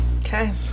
Okay